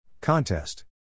Contest